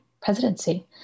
presidency